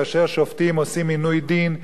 כאשר שופטים עושים עינוי דין,